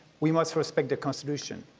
we must respect the constitution.